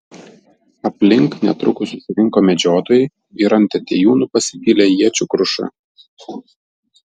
aplink netrukus susirinko medžiotojai ir ant atėjūnų pasipylė iečių kruša